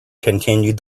continued